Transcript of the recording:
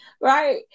Right